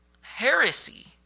Heresy